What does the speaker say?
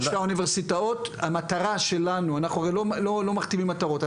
אנחנו לא מכתיבים מטרות.